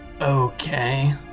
okay